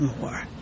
more